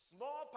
Small